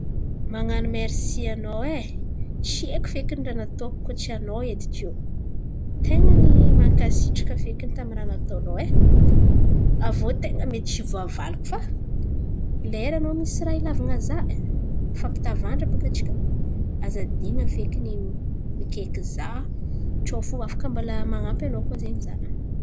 Man̈ano mersy anao e! Tsy haiko fekiny raha nataoko koa tsy anao edy tiô. ten̈a ny mankasitraka fekiny tamy raha nataonao e. Aviô ten̈a mety tsy voavaliko fa lera anao misy raha ilàvan̈a za, fampitavandra baka atsika. Aza adin̈a fekiny mikaiky za tsao fo afaka mbola man̈ampy anao koa zen̈y za.